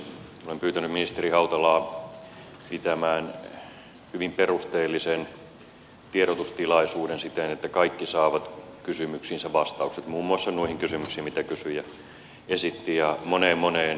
olen pyytänyt ministeri hautalaa pitämään hyvin perusteellisen tiedotustilaisuuden siten että kaikki saavat kysymyksiinsä vastaukset muun muassa noihin kysymyksiin mitä kysyjä esitti ja moneen moneen muuhun